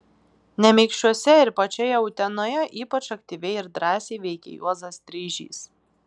nemeikščiuose ir pačioje utenoje ypač aktyviai ir drąsiai veikė juozas streižys